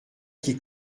qui